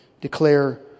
declare